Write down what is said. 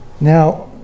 Now